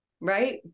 Right